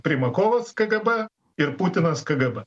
primakovas kgb ir putinas kgb